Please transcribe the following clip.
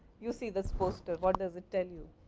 you see this poster. what does it tell you?